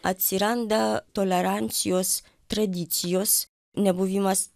atsiranda tolerancijos tradicijos nebuvimas